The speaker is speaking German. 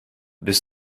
bis